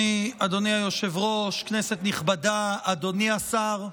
אדוני היושב-ראש, כנסת נכבדה, אדוני השר,